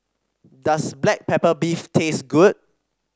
does Black Pepper Beef taste good